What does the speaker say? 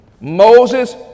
Moses